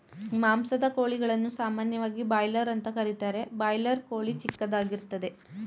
ಮಾಂಸದ ಕೋಳಿಗಳನ್ನು ಸಾಮಾನ್ಯವಾಗಿ ಬಾಯ್ಲರ್ ಅಂತ ಕರೀತಾರೆ ಬಾಯ್ಲರ್ ಕೋಳಿ ಚಿಕ್ಕದಾಗಿರ್ತದೆ